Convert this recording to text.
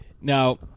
Now